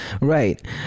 right